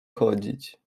chodzić